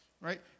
right